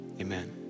amen